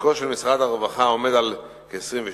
חלקו של משרד הרווחה עומד על כ-26%,